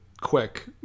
quick